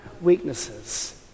weaknesses